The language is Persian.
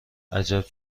عجب